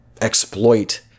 exploit